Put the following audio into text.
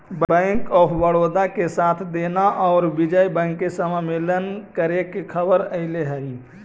bank of Baroda के साथ देना औउर विजय बैंक के समामेलन करे के खबर अले हई